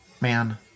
man